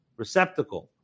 receptacle